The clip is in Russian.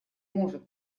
может